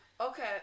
Okay